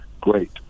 Great